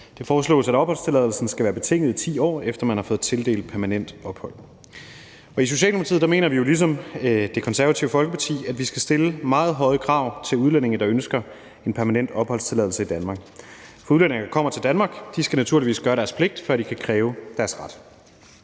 Det foreslås, at opholdstilladelsen skal være betinget, i 10 år efter man har fået tildelt permanent ophold. I Socialdemokratiet mener vi jo ligesom Det Konservative Folkeparti, at vi skal stille meget høje krav til udlændinge, der ønsker en permanent opholdstilladelse i Danmark. For udlændinge, der kommer til Danmark, skal naturligvis gøre deres pligt, før de kan kræve deres ret.